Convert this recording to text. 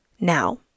now